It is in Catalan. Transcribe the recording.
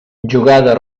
jugada